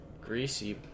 greasy